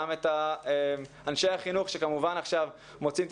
גם את אנשי החינוך שעכשיו מוצאים את